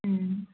ம்